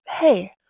Hey